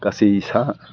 गासै सा